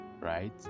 right